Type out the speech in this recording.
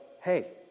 hey